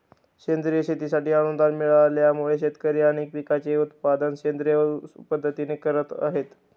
सेंद्रिय शेतीसाठी अनुदान मिळाल्यामुळे, शेतकरी अनेक पिकांचे उत्पादन सेंद्रिय पद्धतीने करत आहेत